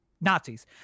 nazis